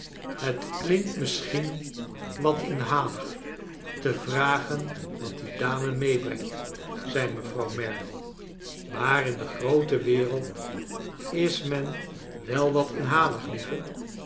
het klinkt misschien wat inhalig te vragen wat die dame meebrengt zei mevrouw merdle maar in de groote wereld is men wel wat inhalig lieve